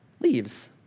leaves